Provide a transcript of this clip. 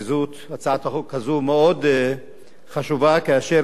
הצעת החוק הזאת מאוד חשובה, כאשר בפועל היא